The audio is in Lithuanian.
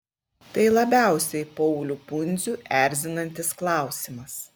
tai labiausiai paulių pundzių erzinantis klausimas